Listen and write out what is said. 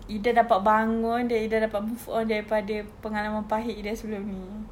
ida dapat bangun dan ida dapat move on daripada pengalaman pahit ida sebelum ini